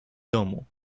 domu